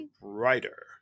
Writer